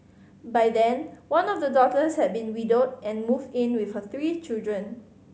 by then one of the daughters had been widowed and moved in with her three children